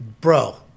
Bro